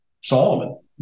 Solomon